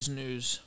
News